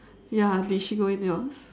ya did she go in yours